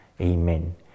Amen